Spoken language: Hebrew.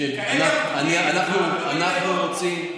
אני לא מבין.